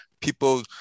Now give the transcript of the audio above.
people